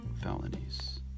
felonies